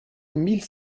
mille